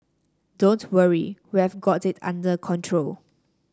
don't worry we've got it under control